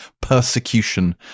persecution